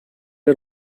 are